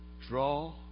Draw